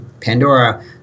Pandora